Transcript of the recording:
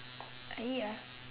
I eat ah